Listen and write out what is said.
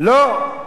לא.